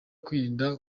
kwirinda